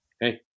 Hey